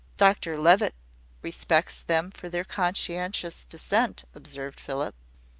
dr levitt respects them for their conscientious dissent, observed philip.